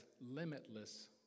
limitless